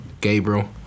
Gabriel